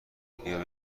بیا